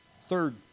Third